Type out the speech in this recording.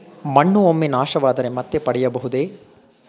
ಮಣ್ಣು ಒಮ್ಮೆ ನಾಶವಾದರೆ ಮತ್ತೆ ಪಡೆಯಬಹುದೇ?